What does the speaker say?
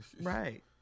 Right